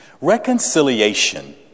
Reconciliation